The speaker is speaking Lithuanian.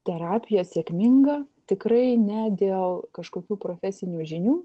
terapija sėkminga tikrai ne dėl kažkokių profesinių žinių